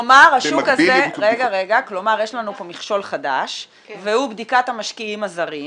כלומר יש לנו פה מכשול חדש והוא בדיקת המשקיעים הזרים.